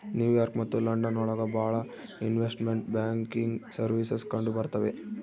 new York ಮತ್ತು London ಒಳಗ ಭಾಳ ಇನ್ವೆಸ್ಟ್ಮೆಂಟ್ ಬ್ಯಾಂಕಿಂಗ್ ಸರ್ವೀಸಸ್ ಕಂಡುಬರ್ತವೆ